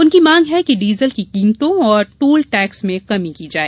उनकी मांग है कि डीजल की कीमतों और टोल टैक्स में कमी की जाए